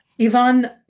Ivan